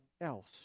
else